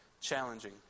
challenging